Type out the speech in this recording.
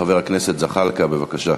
חבר הכנסת זחאלקה, בבקשה.